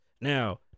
now